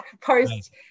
post